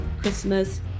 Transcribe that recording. Christmas